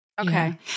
Okay